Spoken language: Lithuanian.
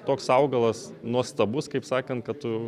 toks augalas nuostabus kaip sakant kad tu